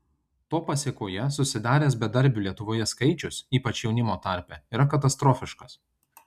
to pasėkoje susidaręs bedarbių lietuvoje skaičius ypač jaunimo tarpe yra katastrofiškas